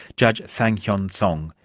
judge sang-hyun song.